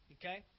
Okay